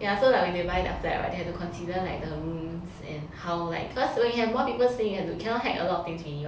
ya so when they buy their flat [right] they have to consider the rooms and like how or like cause when you have more people staying you have to cannot hack alot of things already